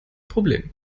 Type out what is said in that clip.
problem